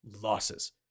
losses